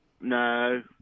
No